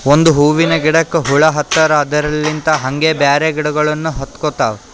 ಒಂದ್ ಹೂವಿನ ಗಿಡಕ್ ಹುಳ ಹತ್ತರ್ ಅದರಲ್ಲಿಂತ್ ಹಂಗೆ ಬ್ಯಾರೆ ಗಿಡಗೋಳಿಗ್ನು ಹತ್ಕೊತಾವ್